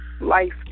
life